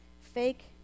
fake